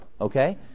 okay